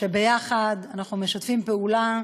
שאנחנו משתפים פעולה,